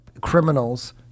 criminals